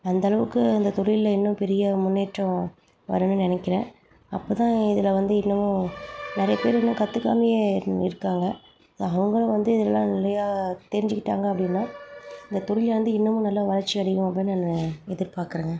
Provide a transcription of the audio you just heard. அந்த அளவுக்கு அந்த தொழிலில் இன்னும் பெரிய முன்னேற்றம் வரணுன்னு நினக்கிறேன் அப்போ தான் இதில் வந்து இன்னமு நிறையா பேரு இன்னும் கத்துக்காமையே இ இருக்காங்க அதை அவங்களும் வந்து எல்லாம் நிறையா தெரிஞ்சிக்கிட்டாங்க அப்படினா இந்த தொழிலை வந்து இன்னமும் நல்லா வளர்ச்சி அடைவோம் அப்படின்னு நான் எதிர் பார்க்குறேங்க